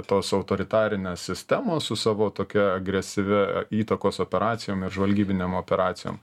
tos autoritarinės sistemos su savo tokia agresyvia įtakos operacijom ir žvalgybinėm operacijom